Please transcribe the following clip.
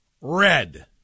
red